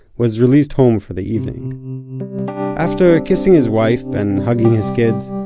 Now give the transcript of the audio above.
was released home for the evening after kissing his wife and hugging his kids,